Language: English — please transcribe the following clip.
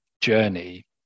journey